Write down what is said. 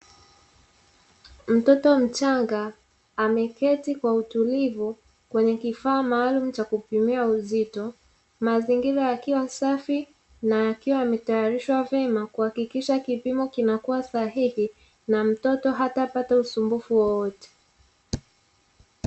Mtoto mchanga ameketi kwa utulivu kwenye kifaa maalum cha kupimia uzito, mazingira yakiwa safi na akiwa ametayarishwa vyema kwa kuhakikisha kipimo kinakuwa sahihi na mtoto hatapata usumbufu wowote.